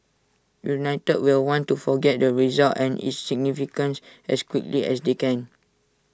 united will want to forget the result and its significance as quickly as they can